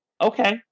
okay